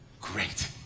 great